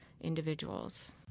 individuals